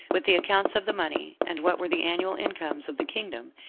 with the accounts of the money, and what were the annual incomes of the kingdom,